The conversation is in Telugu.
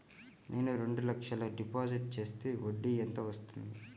నేను రెండు లక్షల డిపాజిట్ చేస్తే వడ్డీ ఎంత వస్తుంది?